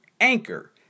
Anchor